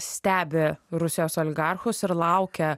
stebi rusijos oligarchus ir laukia